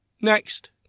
Next